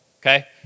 okay